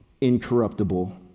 incorruptible